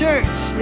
Church